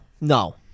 no